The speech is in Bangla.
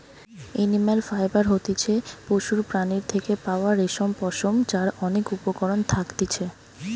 এনিম্যাল ফাইবার হতিছে পশুর প্রাণীর থেকে পাওয়া রেশম, পশম যার অনেক উপকরণ থাকতিছে